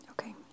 Okay